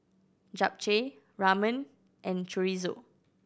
Japchae Ramen and Chorizo